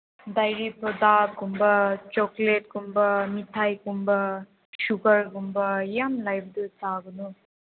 dairy ꯄ꯭ꯔꯗꯛꯀꯨꯝꯕ ꯆꯣꯀ꯭ꯂꯦꯠꯒꯨꯝꯕ ꯃꯤꯊꯥꯏꯒꯨꯝꯕ ꯁꯨꯒꯔꯒꯨꯝꯕ ꯌꯥꯝ ꯂꯩꯕꯗꯨ ꯆꯥꯒꯅꯨ